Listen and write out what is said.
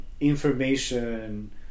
information